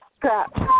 crap